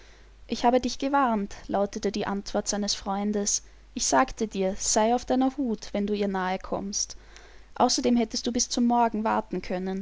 ich habe dich gewarnt lautete die antwort seines freundes ich sagte dir sei auf deiner hut wenn du ihr nahe kommst außerdem hättest du bis zum morgen warten